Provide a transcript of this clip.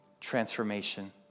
transformation